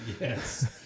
yes